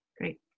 Great